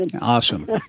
Awesome